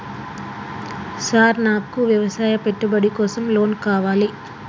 Sir నాకు వ్యవసాయ పెట్టుబడి కోసం లోన్ కావాలి?